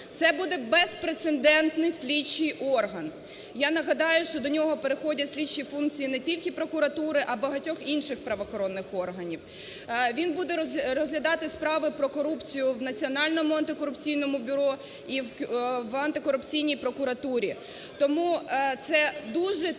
це буде безпрецедентний слідчий орган. Я нагадаю, що до нього переходять слідчі функції не тільки прокуратури, а багатьох інших правоохоронних органів. Він буде розглядати справи про корупцію в Національному антикорупційному бюро і в антикорупційній прокуратурі. Тому це дуже